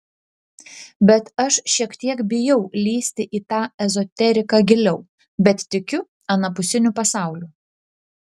bet aš šiek tiek bijau lįsti į tą ezoteriką giliau bet tikiu anapusiniu pasauliu